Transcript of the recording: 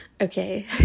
okay